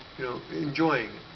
you know, enjoying!